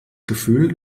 gefühl